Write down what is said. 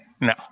No